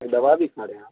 دوا بھی کھا رہیں آپ